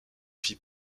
fit